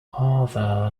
other